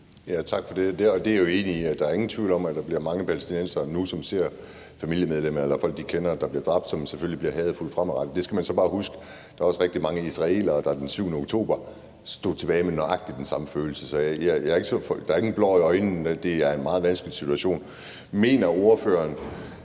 Tak for det, og det er jeg jo enig i. Der er ingen tvivl om, at der nu bliver mange palæstinensere, som ser familiemedlemmer eller folk, de kender, der bliver dræbt, og som selvfølgelig bliver hadefulde fremadrettet. Der skal man så også bare huske, at der var rigtig mange israelere, der den 7. oktober stod tilbage med nøjagtig den samme følelse. Så der er ingen blår i øjnene, for det er en meget vanskelig situation. Mener ordføreren,